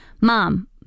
Mom